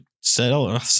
sell